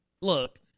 look